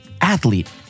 athlete